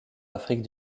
afrique